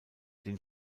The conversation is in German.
den